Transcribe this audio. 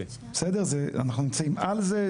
אנחנו נמצאים על זה.